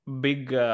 big